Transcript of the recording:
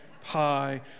pie